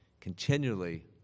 continually